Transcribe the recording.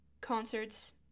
concerts